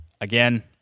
Again